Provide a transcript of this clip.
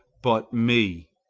but me.